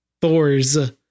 Thors